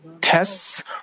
tests